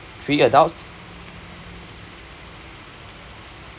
three adults